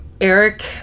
Eric